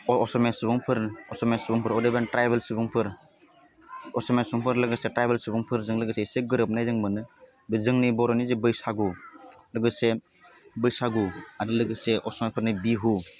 अह असमिया सुबुंफोर असमिया सुबुंफोर अदेबानि ट्राइबेल सुबुंफोर असमिया सुबुंफोर लोगोसे ट्राइबेल सुबुंफोरजों लोगोसे इसे गोरोबनाय जों मोनो बे जोंनि बर'नि जे बैसागु लोगोसे बैसागु आरो लोगोसे असमियाफोरनि बिहु